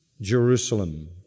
Jerusalem